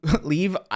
leave